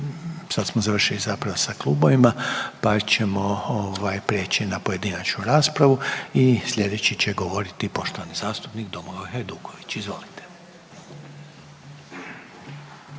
sada smo završili zapravo sa klubovima, pa ćemo prijeći na pojedinačnu raspravu i sljedeći će govoriti poštovani zastupnik Domagoj Hajduković. Izvolite.